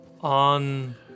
On